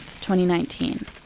2019